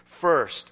First